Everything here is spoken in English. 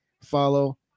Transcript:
follow